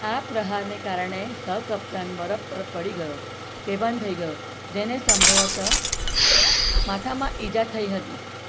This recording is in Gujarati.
આ પ્રહારને કારણે સહ કપ્તાન બરફ પર પડી ગયો બેભાન થઈ ગયો જેને સંભવતઃ માથામાં ઈજા થઈ હતી